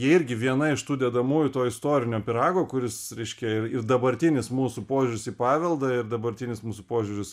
jie irgi viena iš tų dedamųjų to istorinio pyrago kuris reiškia ir ir dabartinis mūsų požiūris į paveldą ir dabartinis mūsų požiūris